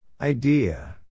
Idea